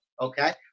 okay